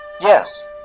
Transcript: Yes